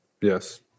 Yes